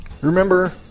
Remember